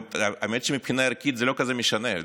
האמת שמבחינה ערכית זה לא כזה משנה.